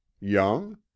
young